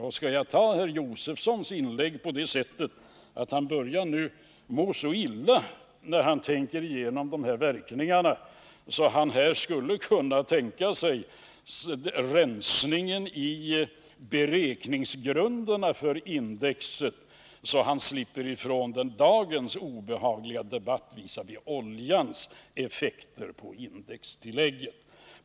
Jag undrar om jag skall tolka Stig Josefsons inlägg så, att han nu börjar må så illa när han tänker igenom dessa verkningar att han nu skulle kunna tänka sig att rensa i beräkningsgrunderna för indexet, så att han slipper ifrån dagens obehagliga debatt visavi oljans effekter på indextilläggen.